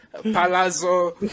palazzo